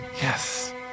Yes